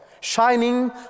shining